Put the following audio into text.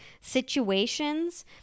situations